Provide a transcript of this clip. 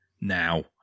now